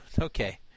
Okay